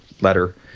letter